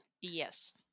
Yes